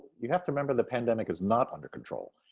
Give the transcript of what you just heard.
you have to remember, the pandemic is not under control.